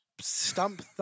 stump